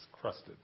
crusted